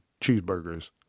cheeseburgers